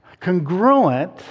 congruent